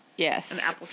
Yes